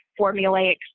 formulaic